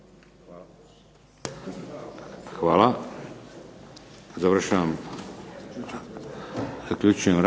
Hvala. Završni